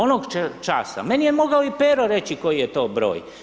Onog časa, meni je mogao i Pero reći koji je to broj.